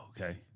okay